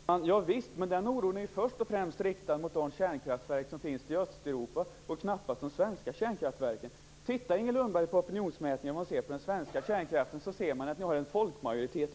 Fru talman! Javisst! Men den oron är främst riktad mot de kärnkraftverk som finns i Östeuropa och knappast de svenska kärnkraftverken. Titta på opinionsmätningar om hur människor ser på den svenska kärnkraften, Inger Lundberg! Då ser ni att ni har en folkmajoritet